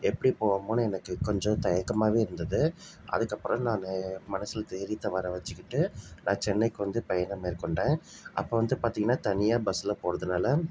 எப்படி போவோமோன்னு எனக்கு கொஞ்சம் தயக்கமாகவே இருந்தது அதுக்கப்புறம் நான் மனசில் தைரியத்தை வர வச்சுக்கிட்டு நான் சென்னைக்கு வந்து பயணம் மேற்கொண்டேன் அப்போ வந்து பார்த்திங்கனா தனியாக பஸ்ஸில் போகிறதுனால